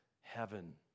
heaven